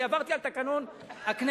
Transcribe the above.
אני עברתי על תקנון הכנסת,